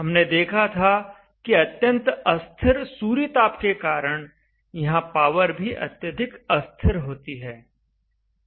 हमने देखा था कि अत्यंत अस्थिर सूर्यताप के कारण यहां पावर भी अत्यधिक अस्थिर होती है